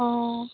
অ